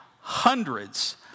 hundreds